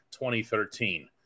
2013